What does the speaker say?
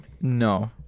No